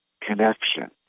connection